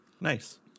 Nice